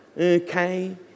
Okay